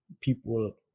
people